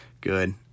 good